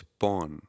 pawn